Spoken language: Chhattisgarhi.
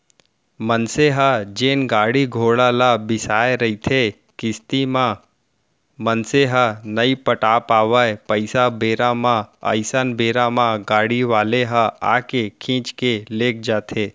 मनसे ह जेन गाड़ी घोड़ा ल बिसाय रहिथे किस्ती म मनसे ह नइ पटा पावय पइसा बेरा म अइसन बेरा म गाड़ी वाले ह आके खींच के लेग जाथे